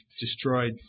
destroyed